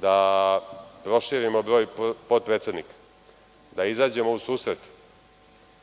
da proširimo broj potpredsednika, da izađemo u susret